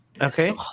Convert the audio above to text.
okay